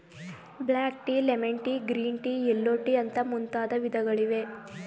block tea, lemon tea, green tea, yellow tea ಅಂತ ಮುಂತಾದ ವಿಧಗಳಿವೆ